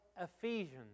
Ephesians